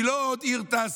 היא לא עוד עיר תעשייתית,